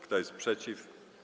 Kto jest przeciw?